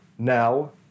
now